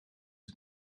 het